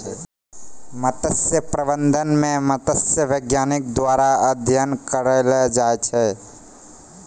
मत्स्य प्रबंधन मे मत्स्य बैज्ञानिक द्वारा अध्ययन करलो जाय छै